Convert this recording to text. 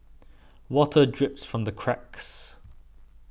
water drips from the cracks